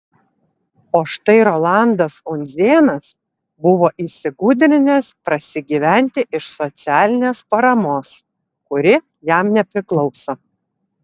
o štai rolandas undzėnas buvo įsigudrinęs prasigyventi iš socialinės paramos kuri jam nepriklauso